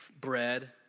bread